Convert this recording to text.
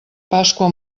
pasqua